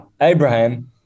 Abraham